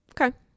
Okay